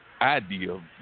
idea